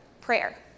prayer